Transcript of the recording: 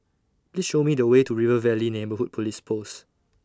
Please Show Me The Way to River Valley Neighbourhood Police Post